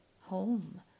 home